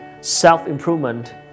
self-improvement